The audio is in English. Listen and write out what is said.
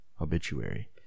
obituary